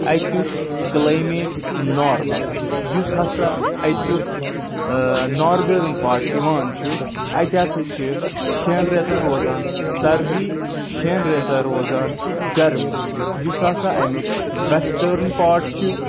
اتیُک climate normal یُس ہسا اتیُک اۭں ناردٲرٕن پاٹ یِوان چھُ اتہِ ہسا چھِ شٮ۪ن ریٚتن روزان سردی شٮ۪ن ریٚتن روزان گرمی یُس ہسا امیُک ویٚسٹٲرٕن پاٹ چھُ